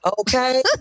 Okay